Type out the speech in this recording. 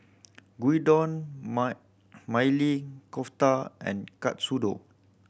Gyudon Maili Kofta and Katsudon